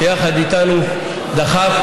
שיחד איתנו דחף,